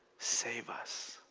save us.